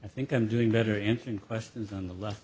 i think i'm doing better intern questions on the left